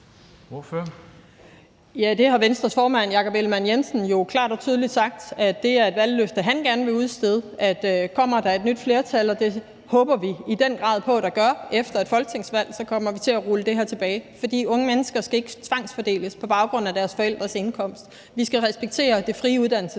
(V): Ja, Venstres formand, Jakob Ellemann-Jensen, har jo klart og tydeligt sagt, at det er et valgløfte, han gerne vil udstede, altså at kommer der et nyt flertal efter et folketingsvalg – og det håber vi i den grad på at der gør – så kommer vi til at rulle det her tilbage. For de unge mennesker skal ikke tvangsfordeles på baggrund af deres forældres indkomst. Vi skal jo respektere det frie uddannelsesvalg